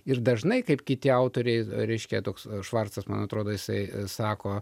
ir dažnai kaip kiti autoriai reiškia toks švarcas man atrodo jisai sako